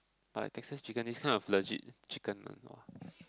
but Texas chicken is kind of legit chicken [one] !wah!